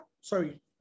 sorry